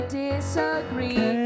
disagree